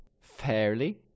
Fairly